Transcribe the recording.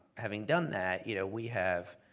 having done that you know we have